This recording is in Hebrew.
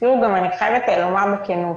אני חייבת לומר בכנות,